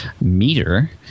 meter